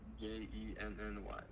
j-e-n-n-y